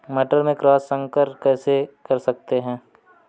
मटर में क्रॉस संकर कैसे कर सकते हैं?